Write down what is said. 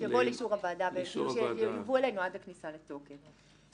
לאישור הוועדה עד הכניסה לתוקף.